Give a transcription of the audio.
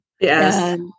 Yes